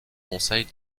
conseil